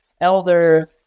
elder